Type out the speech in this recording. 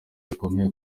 bikomeye